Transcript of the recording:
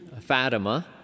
Fatima